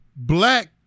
Black